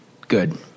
Good